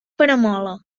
peramola